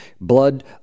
blood